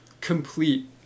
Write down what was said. complete